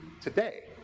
today